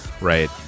Right